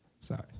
Sorry